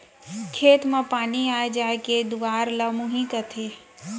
खेत म पानी आय जाय के दुवार ल मुंही कथें